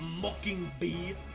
Mockingbee